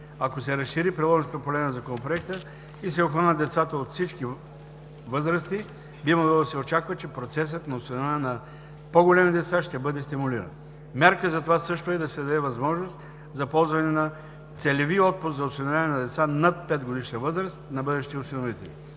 Ако се разшири приложното поле на Законопроекта и се обхванат децата от всички възрасти, би могло да се очаква, че процесът на осиновяване на по-големи деца ще бъде стимулиран. Мярка за това също е да се даде възможност за ползване на целеви отпуск за осиновяване на деца над петгодишна възраст на бъдещите осиновители.